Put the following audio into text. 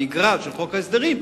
המגרעת של חוק ההסדרים,